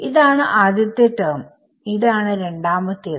ഇതാണ് ആദ്യത്തെ term ഇതാണ് രണ്ടാമത്തേത്